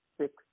six